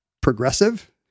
progressive